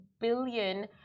billion